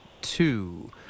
two